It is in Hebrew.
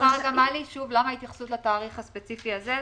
למה ההתייחסות לתאריך הספציפי הזה?